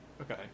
Okay